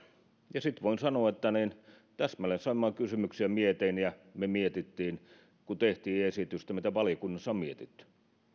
ja sitten voin sanoa että täsmälleen samoja kysymyksiä mietin ja me mietimme kun teimme esitystä kuin mitä valiokunnassa on mietitty